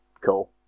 Cool